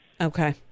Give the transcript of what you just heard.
Okay